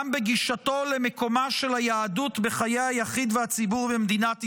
בגישתו למקומה של היהדות בחיי היחיד והציבור במדינת ישראל.